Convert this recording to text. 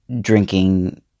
drinking